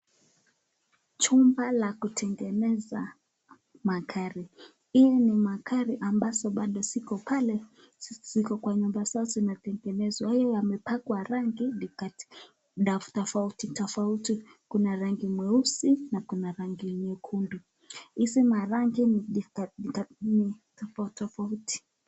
Jumba la kutengeneza magari, hii ni magari, ambazo ziko pale ziko kwa nyumba yao ziketengenezwa hayo yamepangwa rangi tofauti tofauti, Kuna rangi ya mweusi na Kuna rangi nyekundu, Hizi marangi ni tofauti tofauti.